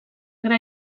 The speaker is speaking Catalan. gra